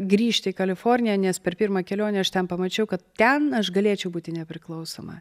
grįžti į kaliforniją nes per pirmą kelionę aš ten pamačiau kad ten aš galėčiau būti nepriklausoma